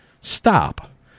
Stop